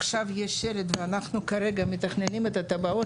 עכשיו יש שלד ואנחנו כרגע מתכננים את התב"עות,